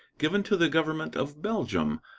given to the government of belgium,